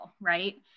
right